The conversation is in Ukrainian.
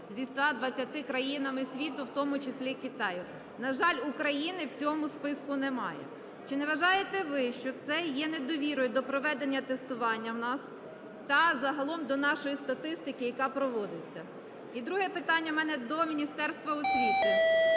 зі 120 країнами світу, в тому числі і Китаєм. На жаль, України в цьому списку немає. Чи не вважаєте ви, що це недовірою до проведення тестування у нас та загалом до нашої статистики, яка проводиться. І друге питання у мене до Міністерства освіти.